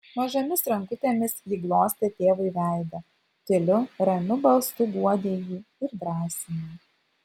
mažomis rankutėmis ji glostė tėvui veidą tyliu ramiu balsu guodė jį ir drąsino